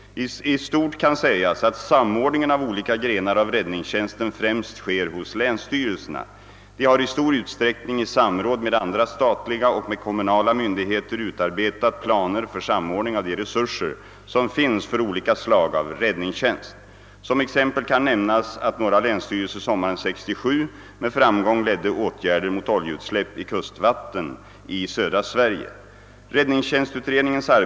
I stort kan sägas att samordningen av olika grenar av räddningstjänsten främst sker hos länsstyrelserna. De har i stor utsträckning, i samråd med andra statliga och med kommunala myndigheter, utarbetat planer för samordning av de resurser som finns för olika slag av räddningstjänst. Som exempel kan nämnas att några länsstyrelser sommaren 1967 med framgång ledde åtgärder mot oljeutsläpp i kustvattnen i södra Sverige.